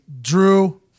Drew